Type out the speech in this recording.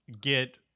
get